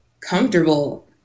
comfortable